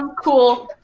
um cool,